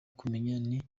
kumenya